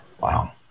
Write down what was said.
Wow